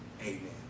Amen